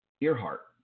Earhart